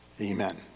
Amen